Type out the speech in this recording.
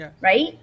right